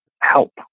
help